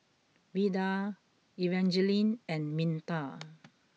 Veda Evangeline and Minta